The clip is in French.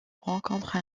rencontre